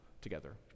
together